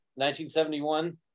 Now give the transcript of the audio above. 1971